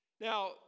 Now